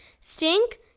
Stink